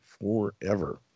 forever